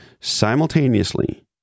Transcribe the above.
Simultaneously